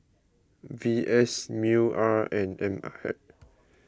V S Mew R and M I